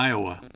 Iowa